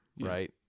right